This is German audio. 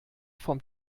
vom